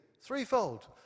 Threefold